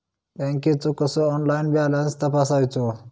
बँकेचो कसो online balance तपासायचो?